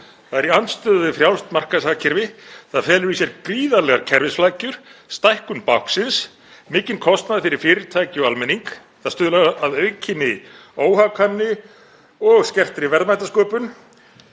Það er í andstöðu við frjálst markaðshagkerfi. Það felur í sér gríðarlegar kerfisflækjur, stækkun báknsins, mikinn kostnað fyrir fyrirtæki og almenning. Það stuðlar að aukinni óhagkvæmni og skertri verðmætasköpun,